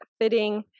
fitting